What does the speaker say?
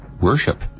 worship